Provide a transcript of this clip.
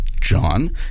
John